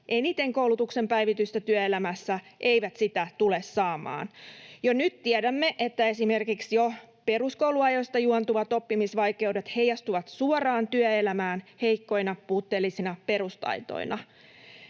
eniten koulutuksen päivitystä työelämässä, eivät sitä tule saamaan. Jo nyt tiedämme, että esimerkiksi jo peruskouluajoista juontuvat oppimisvaikeudet heijastuvat suoraan työelämään heikkoina, puutteellisina perustaitoina.